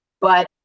But-